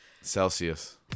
Celsius